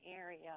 area